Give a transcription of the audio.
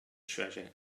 treasure